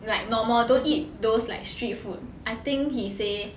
like normal don't eat those like street food I think he say